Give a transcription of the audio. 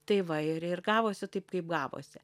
tai va ir ir gavosi taip kaip gavosi